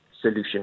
solution